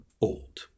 old